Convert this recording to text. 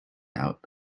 out